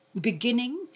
beginning